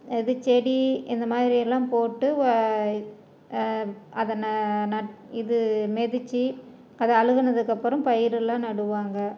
இது செடி இந்த மாதிரியெல்லாம் போட்டு அதை ந நட் இது மிதிச்சி அது அழுகுனதுக்கு அப்புறம் பயிரெலாம் நடுவாங்க